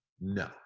No